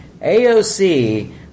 AOC